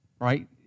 right